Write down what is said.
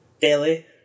Daily